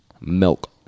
milk